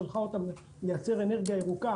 ששלחה אותם לייצר אנרגיה ירוקה